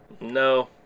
No